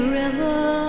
river